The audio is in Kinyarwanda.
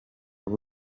b’u